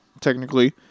technically